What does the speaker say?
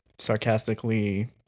sarcastically